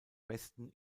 besten